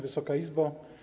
Wysoka Izbo!